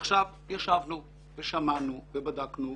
עכשיו, ישבנו ושמענו ובדקנו.